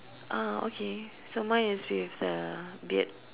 ah okay so mine is with the beard